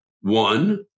One